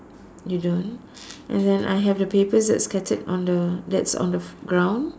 you don't and then I have the papers that's scattered on the that's on f~ ground